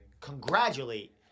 congratulate